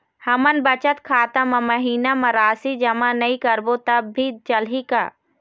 हमन बचत खाता मा महीना मा राशि जमा नई करबो तब भी चलही का?